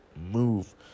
move